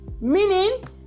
Meaning